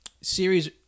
series